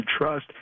trust